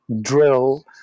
drill